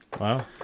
Wow